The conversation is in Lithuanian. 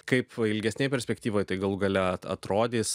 kaip ilgesnėj perspektyvoj tai galų gale atrodys